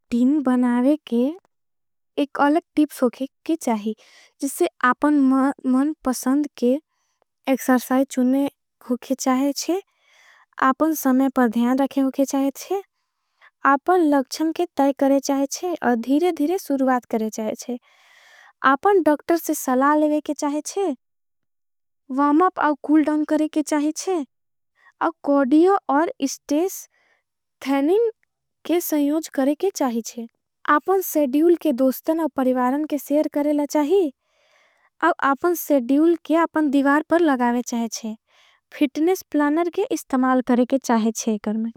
टीन बनावे के एक अलग टिप्स होगे के चाही जिसे आपन मन। पसंद के एक्सरसाई चुने होगे चाहेचे आपन समय पर ध्यान रखे। होगे चाहेचे आपन लक्षन के तै करे चाहेचे और धीरे धीरे सुरुवात। करे चाहेचे आपन डोक्टर से सला लेवे के चाहेचे वर्म अप और। कूल डाउन करे के चाहेचे आपन कोडियो और स्टेश थैनिंग। के संयोज करे के चाहेचे आपन सेड्यूल के दोस्तन और। परिवारन के सेर करेला चाही आपन सेड्यूल के दिवार पर। लगावे चाहेचे फिटनेस प्लानर के इस्तमाल करे के चाहेचे।